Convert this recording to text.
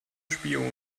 spione